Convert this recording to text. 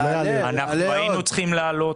היינו צריכים להעלות,